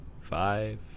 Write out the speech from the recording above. five